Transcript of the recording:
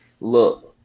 Look